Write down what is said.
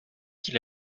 qu’il